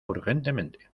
urgentemente